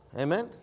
Amen